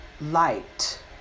light